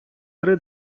три